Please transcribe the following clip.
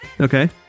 Okay